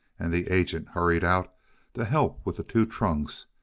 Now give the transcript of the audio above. and the agent hurried out to help with the two trunks,